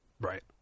Right